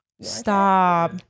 Stop